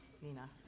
Nina